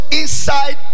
inside